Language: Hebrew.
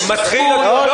--- לא נכון.